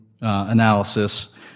analysis